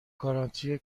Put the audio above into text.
گارانتی